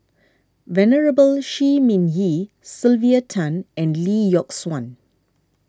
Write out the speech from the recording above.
Venerable Shi Ming Yi Sylvia Tan and Lee Yock Suan